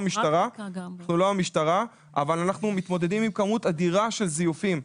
אנחנו לא המשטרה אבל אנחנו מתמודדים עם כמות אדירה של זיופים.